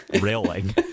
railing